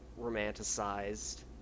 romanticized